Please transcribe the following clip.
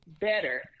better